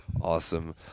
awesome